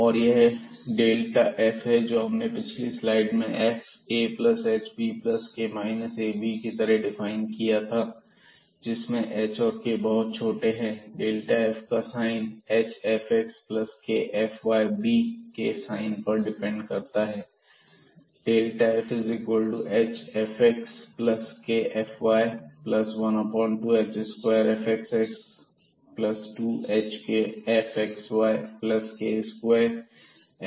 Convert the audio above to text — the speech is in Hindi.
और यह f है जो हमने पिछली स्लाइड में fahbk fab की तरह डिफाइन किया था जिसमें h और k बहुत छोटे हैं f का साइन hfxabkfyab के साइन पर डिपेंड करता है